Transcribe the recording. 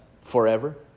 forever